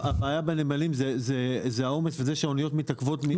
הבעיה בנמלים זה העומס וזה שאוניות מתעכבות מחוץ לנמל.